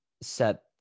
set